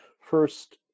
first